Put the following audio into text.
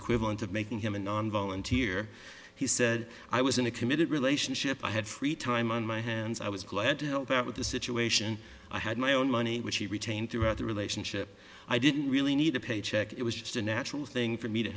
equivalent of making him a non volunteer he said i was in a committed relationship i had free time on my hands i was glad to help out with the situation i had my own money which he retained throughout the relationship i didn't really need a paycheck it was it's a natural thing for me to